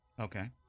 Okay